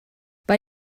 bei